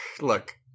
Look